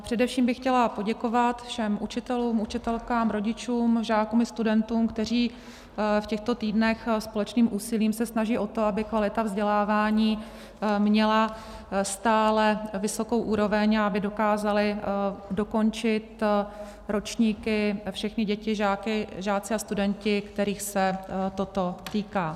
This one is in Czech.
Především bych chtěla poděkovat všem učitelům, učitelkám, rodičům, žákům i studentům, kteří v těchto týdnech společným úsilím se snaží o to, aby kvalita vzdělávání měla stále vysokou úroveň a aby dokázali dokončit ročníky všechny děti, žáci a studenti, kterých se toto týká.